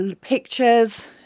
pictures